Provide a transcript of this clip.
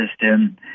system